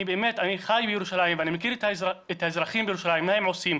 אני חי בירושלים ומכיר את האזרחים בירושלים מה הם עושים.